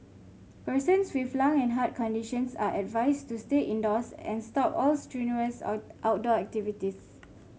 persons with lung and heart conditions are advised to stay indoors and stop all strenuous out outdoor activities